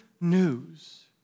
news